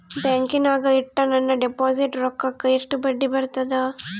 ಬ್ಯಾಂಕಿನಾಗ ಇಟ್ಟ ನನ್ನ ಡಿಪಾಸಿಟ್ ರೊಕ್ಕಕ್ಕ ಎಷ್ಟು ಬಡ್ಡಿ ಬರ್ತದ?